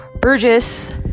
Burgess